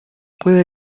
puede